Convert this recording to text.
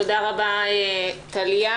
תודה רבה טליה.